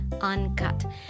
uncut